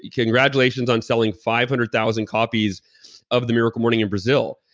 congratulations on selling five hundred thousand copies of the miracle morning in brazil.